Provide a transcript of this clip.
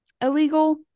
illegal